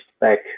back